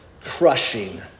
crushing